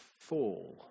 fall